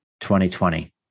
2020